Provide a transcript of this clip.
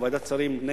או ועדת שרים,